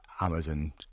Amazon